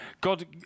God